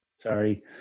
Sorry